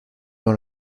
dans